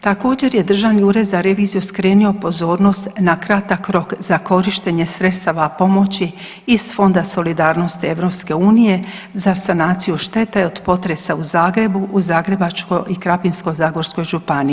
Također je Državni ured za reviziju skrenuo pozornost na kratak rok za korištenje sredstava pomoći iz Fonda solidarnosti EU za sanaciju štete od potresa u Zagrebu u Zagrebačkoj i Krapinsko-zagorskoj županiji.